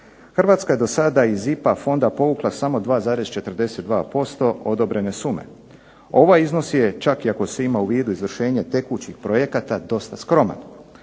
Hrvatska je do sada iz IPA fonda povukla samo 2,42% odobrene sume. Ovaj iznos je čak i ako se ima u vidu izvršenje tekućih projekata dosta skroman,